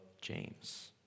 James